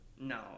No